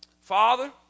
Father